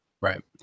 Right